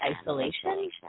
isolation